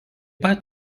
pat